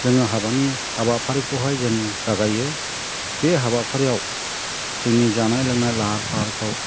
जोङो हाबानि हाबाफारिखौहाय जों जागायो बे हाबाफारियाव जोंनि जानाय लोंनाय लाहार फाहारखौ